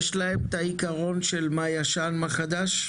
יש להם את העיקרון של מה ישן ומה חדש?